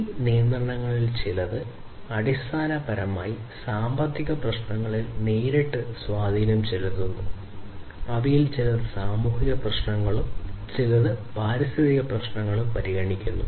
ഈ നിയന്ത്രണങ്ങളിൽ ചിലത് അടിസ്ഥാനപരമായി സാമ്പത്തിക പ്രശ്നങ്ങളിൽ നേരിട്ട് സ്വാധീനം ചെലുത്തുന്നു അവയിൽ ചിലത് സാമൂഹിക പ്രശ്നങ്ങളും ചില പാരിസ്ഥിതിക പ്രശ്നങ്ങളും പരിഗണിക്കുന്നു